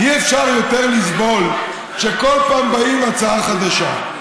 אי-אפשר יותר לסבול שכל פעם באים עם הצעה חדשה.